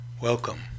welcome